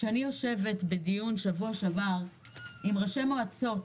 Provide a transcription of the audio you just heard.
כשאני יושבת בדיון בשבוע שעבר עם ראשי מועצות,